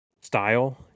style